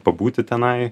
pabūti tenai